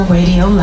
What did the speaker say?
Radio